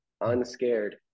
unscared